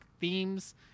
themes